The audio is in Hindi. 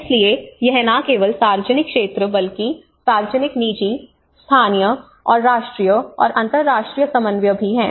इसलिए यह न केवल सार्वजनिक क्षेत्र बल्कि सार्वजनिक निजी स्थानीय और राष्ट्रीय और अंतर्राष्ट्रीय समन्वय भी है